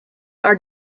are